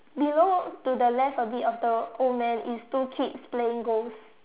below to the left a bit of the old man is two kids playing ghost